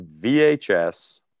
VHS